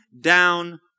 down